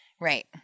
Right